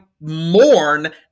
mourn